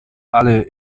alle